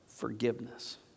forgiveness